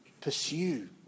pursue